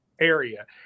area